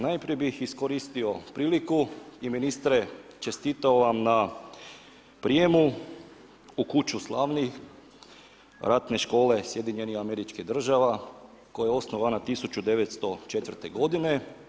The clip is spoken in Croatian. Najprije bih iskoristio priliku i ministre čestitao vam na prijemu u Kuću slavnih Ratne škole SAD-a koja je osnovana 1904. godine.